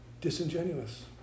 disingenuous